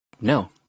No